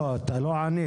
לא, לא ענית.